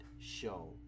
show